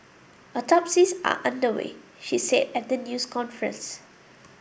autopsies are under way she said at the news conference